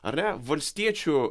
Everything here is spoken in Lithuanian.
ar ne valstiečių